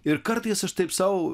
ir kartais aš taip sau